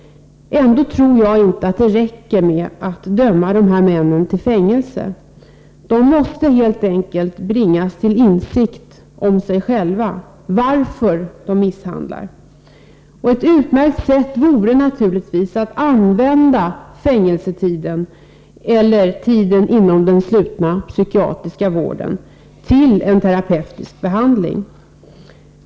Jag tror emellertid att det inte räcker med att döma de här männen till fängelse. De måste helt enkelt bringas till insikt om sig själva, till insikt om varför de misshandlar. Ett utmärkt sätt vore naturligtvis att använda fängelsetiden, eller tiden inom den slutna psykiatriska vården, till terapeutisk behandling.